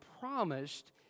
promised